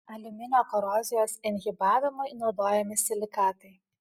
aliuminio korozijos inhibavimui naudojami silikatai